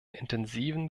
intensiven